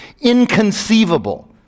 inconceivable